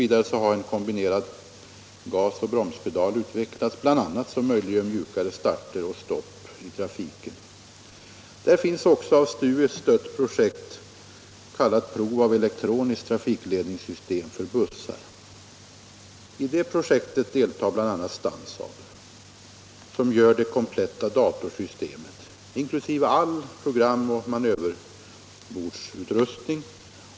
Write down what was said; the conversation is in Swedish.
Vidare har man utvecklat en kombinerad gasoch bromspedal som möjliggör mjukare starter och stopp i trafiken. STU stöder också ett projekt kallat Elektroniskt trafikledningssystem för bussar. I det projektet deltar bl.a. Stansaab, som gör det kompletta datorsystemet, inkl. all programoch manöverbordsutrustning.